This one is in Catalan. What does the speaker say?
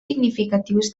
significatius